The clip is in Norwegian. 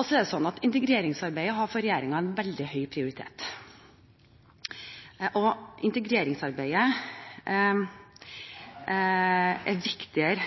har integreringsarbeidet veldig høy prioritet. For regjeringen er integreringsarbeidet